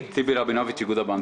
טיבי רבינוביץ, איגוד הבנקים.